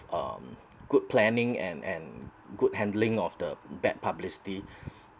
um good planning and and good handling of the bad publicity